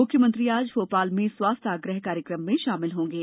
मुख्यमंत्री आज भोपाल में स्वास्थ्य आग्रह कार्यक्रम शामिल होंगे